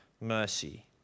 mercy